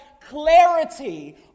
clarity